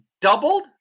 doubled